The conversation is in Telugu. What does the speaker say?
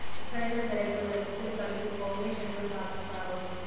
ఎక్కడైనా సరే కొందరు వ్యక్తులు కలిసి పౌండేషన్లను స్థాపిస్తారు